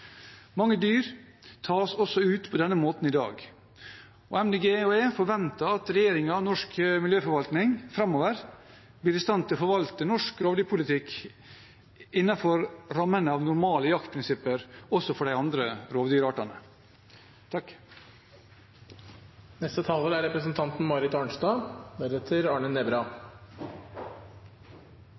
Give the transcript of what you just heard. Mange dyr tas ut på denne måten også i dag, og Miljøpartiet De Grønne forventer at regjeringen og norsk miljøforvaltning framover blir i stand til å forvalte norsk rovdyrpolitikk innenfor rammene av normale jaktprinsipper også for de andre rovdyrartene.